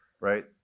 Right